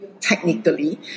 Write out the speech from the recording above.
Technically